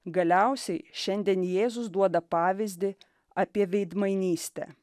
galiausiai šiandien jėzus duoda pavyzdį apie veidmainystę